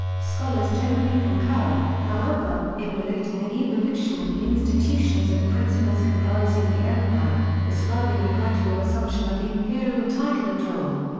scholars generally concur, however, in relating an evolution of the institutions and principles comprising the empire, describing a gradual assumption of the imperial title and role.